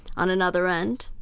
on another end,